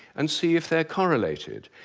and see if they're correlated.